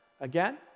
again